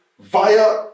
via